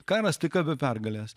karas tik apie pergales